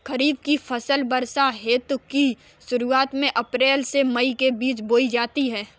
खरीफ की फसलें वर्षा ऋतु की शुरुआत में अप्रैल से मई के बीच बोई जाती हैं